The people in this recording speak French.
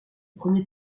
premiers